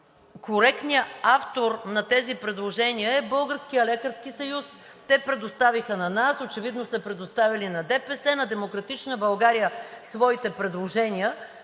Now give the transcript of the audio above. Коректният автор на тези предложения е Българският лекарски съюз. Те предоставиха на нас, очевидно са предоставили на ДПС, на „Демократична България“ своите предложения,